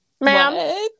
Ma'am